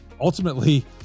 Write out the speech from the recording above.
ultimately